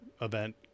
event